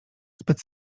zbyt